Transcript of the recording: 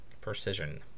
Precision